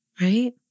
right